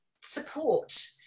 support